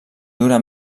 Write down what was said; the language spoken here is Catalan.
dura